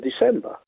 December